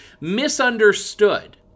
misunderstood